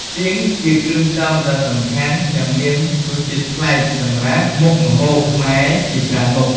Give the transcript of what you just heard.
សៀង ជាគ្រឿងផ្សំដ៏សំខាន់ និងមានរសជាតិប្លែកសម្រាប់មុខម្ហូបខ្មែរជាច្រើនមុខ។